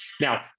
Now